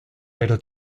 pero